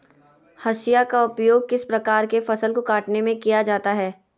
हाशिया का उपयोग किस प्रकार के फसल को कटने में किया जाता है?